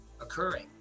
occurring